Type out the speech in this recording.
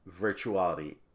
virtuality